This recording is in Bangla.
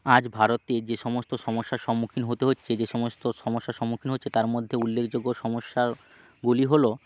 আজ ভারতে যে সমস্ত সমস্যার সম্মুখীন হতে হচ্ছে যে সমস্ত সমস্যার সম্মুখীন হচ্ছে তার মধ্যে উল্লেখযোগ্য সমস্যাগুলি হলো